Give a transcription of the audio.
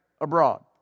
abroad